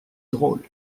drôle